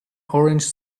orange